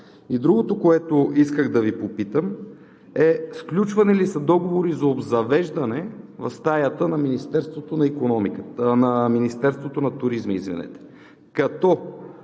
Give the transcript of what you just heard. Другото, което исках да Ви попитам, е: сключвани ли са договори за обзавеждане на стаята на Министерството на туризма?